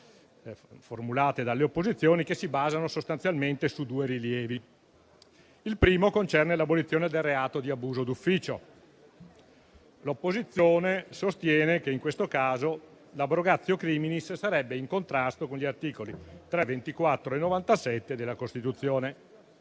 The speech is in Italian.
formulate dalle opposizioni, che si basano sostanzialmente su due rilievi. Il primo rilievo concerne l'abolizione del reato di abuso d'ufficio. L'opposizione sostiene che in questo caso l'*abrogatio criminis* sarebbe in contrasto con gli articoli 3, 24 e 97 della Costituzione.